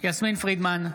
יסמין פרידמן,